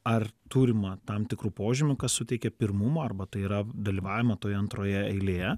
ar turima tam tikrų požymių kas suteikia pirmumą arba tai yra dalyvavimą toje antroje eilėje